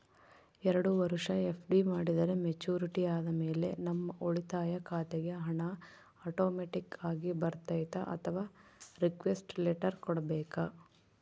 ಎರಡು ವರುಷ ಎಫ್.ಡಿ ಮಾಡಿದರೆ ಮೆಚ್ಯೂರಿಟಿ ಆದಮೇಲೆ ನಮ್ಮ ಉಳಿತಾಯ ಖಾತೆಗೆ ಹಣ ಆಟೋಮ್ಯಾಟಿಕ್ ಆಗಿ ಬರ್ತೈತಾ ಅಥವಾ ರಿಕ್ವೆಸ್ಟ್ ಲೆಟರ್ ಕೊಡಬೇಕಾ?